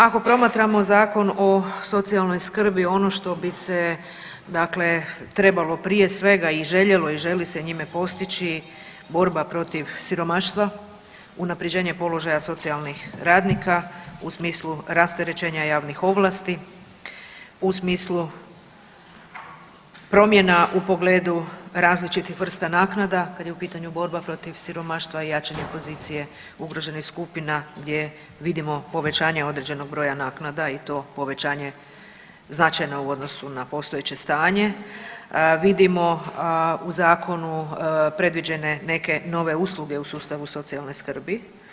Ako promatramo Zakon o socijalnoj skrbi ono što bi se dakle trebalo prije svega i željelo i želi se njime postići borba protiv siromaštva, unaprjeđenje položaja socijalnih radnika u smislu rasterećenja javnih ovlasti, u smislu promjena u pogledu različitih vrsta naknada kad je u pitanju borba protiv siromaštva i jačanje pozicije ugroženih skupina gdje vidimo povećanje određenog broja naknada i to povećanje značajno u odnosu na postojeće stanje, vidimo u zakonu predviđene neke nove usluge u sustavu socijalne skrbi.